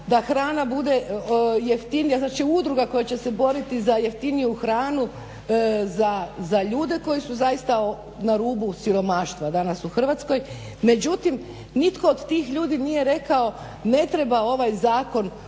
da hrana bude jeftinija. Znači, udruga koja će se boriti za jeftiniju hranu za ljude koji su zaista na rubu siromaštva danas u Hrvatskoj. Međutim, nitko od tih ljudi nije rekao ne treba ovaj Zakon